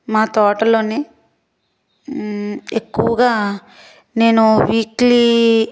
మా తోటలోనే ఎక్కువగా నేను వీక్లి